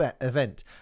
event